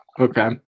okay